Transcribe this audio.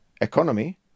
economy